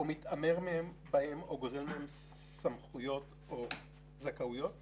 ודפנה ברק אמרה בסוף שלאחר שהיא מקבלת את זה שצריך לצאת מכרז,